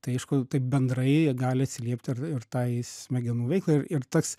tai aišku taip bendrai gali atsiliepti ir ir tai smegenų veiklai ir ir tas